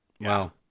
Wow